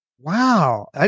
wow